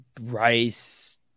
Rice